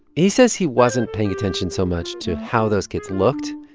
he says he wasn't paying attention so much to how those kids looked.